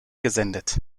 gesendet